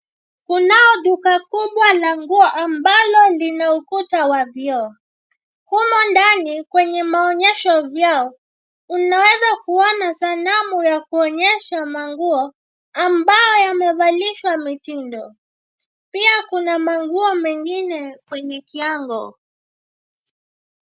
Kunao duka kubwa la nguo ambalo lina ukuta wa vioo. Humo ndani, kwenye maonyesho vyao, unaweza kuona sanamu ya kuonyesha manguo, ambayo yamevalishwa mitindo. Pia kuna manguo mengine kwenye kiango.